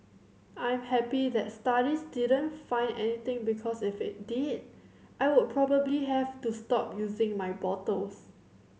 I'm happy the studies didn't find anything because if it did I would probably have to stop using my bottles